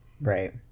Right